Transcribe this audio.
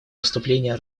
выступления